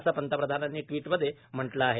असे पंतप्रधानांनी ट्वीटमध्ये म्हटले आहे